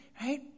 right